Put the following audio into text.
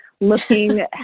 looking